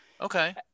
Okay